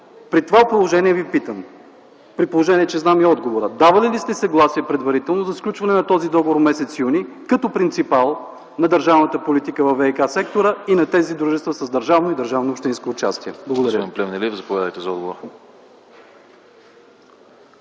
При това положение Ви питам, при положение че знам и отговора: давали ли сте съгласие предварително за сключване на този договор м. юни като принципал на държавната политика във ВиК-сектора и на тези дружества с държавно и държавно общинско участие? Благодаря